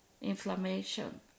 inflammation